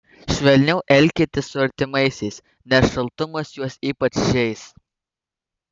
švelniau elkitės su artimaisiais nes šaltumas juos ypač žeis